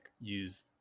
use